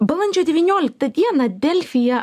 balandžio devynioliktą dieną delfyje